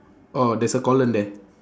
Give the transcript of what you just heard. orh there's a colon there